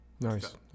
Nice